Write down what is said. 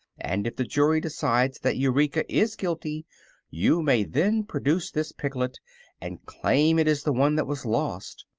and if the jury decides that eureka is guilty you may then produce this piglet and claim it is the one that was lost.